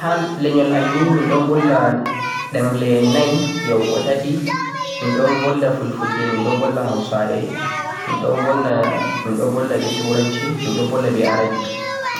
Haa lenyol am ni min don vulla ɗemle nai koh tati. Minɗon wulwa fulfulde, hausare, turanci be larabci